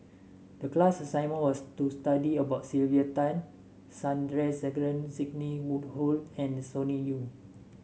the class assignment was to study about Sylvia Tan Sandrasegaran Sidney Woodhull and Sonny Liew